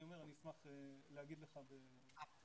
אני אשמח לומר לך לאחר מכן.